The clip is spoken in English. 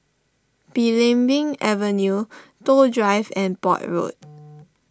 Belimbing Avenue Toh Drive and Port Road